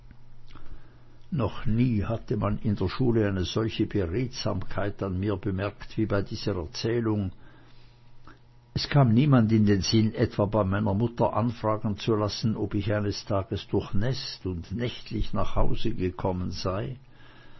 noch nie hatte man in der schule eine solche beredsamkeit an mir bemerkt wie bei dieser erzählung es kam niemand in den sinn etwa bei meiner mutter anfragen zu lassen ob ich eines tages durchnäßt und nächtlich nach hause gekommen sei